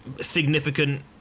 significant